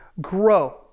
Grow